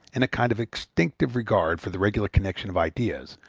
and a kind of instinctive regard for the regular connection of ideas,